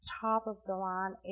top-of-the-line